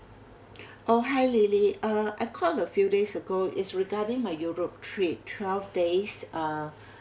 oh hi lily uh I called a few days ago is regarding my europe trip twelve days uh